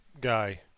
guy